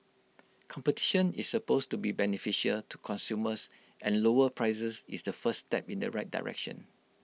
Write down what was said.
competition is supposed to be beneficial to consumers and lower prices is the first step in the right direction